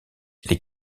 les